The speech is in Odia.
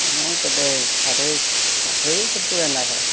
ହଁ କେତେ ଷାଠିଏ ଷାଠିଏ କି ସତୁରୀ ହେଲା କ